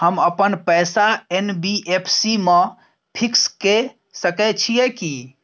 हम अपन पैसा एन.बी.एफ.सी म फिक्स के सके छियै की?